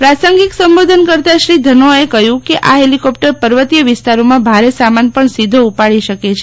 પ્રાસંગિક સંબોધન કરતાં શ્રી ધનોઆએ કહ્યું કે આ હેલિકોપ્ટર પર્વતીય વિસ્તારોમાં ભારે સામાન પણ સીધો ઊપાડી શકે છે